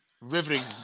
riveting